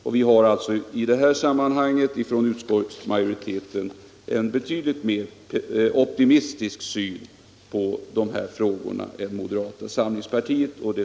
Utskottsmajoriteten har i det sammanhanget en betydligt mer optimistisk syn på de här frågorna än moderata samlingspartiet.